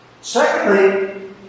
Secondly